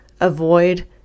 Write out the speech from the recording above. avoid